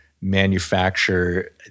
manufacture